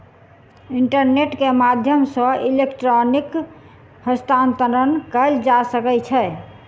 internet के माध्यम सॅ इलेक्ट्रॉनिक हस्तांतरण कयल जा सकै छै